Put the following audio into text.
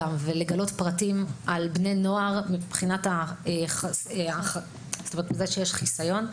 ולגלות פרטים של בני נוער כי יש חיסיון.